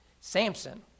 Samson